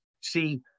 see